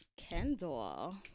Kendall